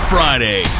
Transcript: Friday